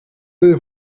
will